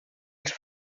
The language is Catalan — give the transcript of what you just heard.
els